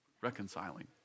reconciling